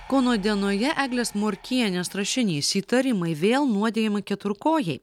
kauno dienoje eglės morkienės rašinys įtarimai vėl nuodijami keturkojai